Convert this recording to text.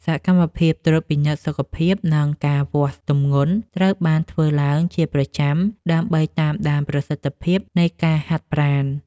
សកម្មភាពត្រួតពិនិត្យសុខភាព និងការវាស់ទម្ងន់ត្រូវបានធ្វើឡើងជាប្រចាំ ដើម្បីតាមដានប្រសិទ្ធភាពនៃការហាត់ប្រាណ។